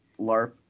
LARP